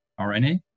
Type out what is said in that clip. RNA